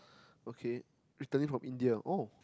okay Italy from India oh